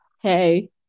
hey